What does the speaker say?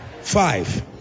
Five